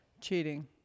Cheating